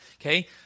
okay